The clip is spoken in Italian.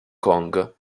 kong